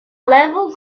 level